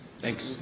Thanks